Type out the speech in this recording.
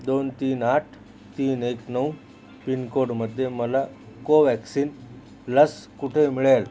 दोन तीन आठ तीन एक नऊ पिनकोडमध्ये मला कोवॅक्सिन लस कुठे मिळेल